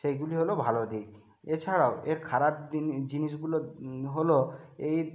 সেইগুলি হল ভালো দিক এছাড়াও এর খারাপ জিনিসগুলো হল এই